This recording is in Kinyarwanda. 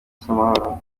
cy’amahoro